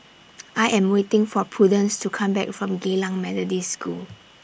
I Am waiting For Prudence to Come Back from Geylang Methodist School